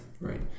right